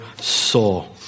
soul